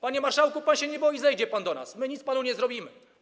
Panie marszałku, pan się nie boi, zejdzie pan do nas, my nic panu nie zrobimy.